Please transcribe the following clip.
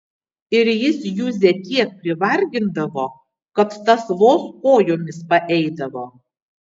ir jis juzę tiek privargindavo kad tas vos kojomis paeidavo